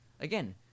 Again